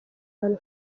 bantu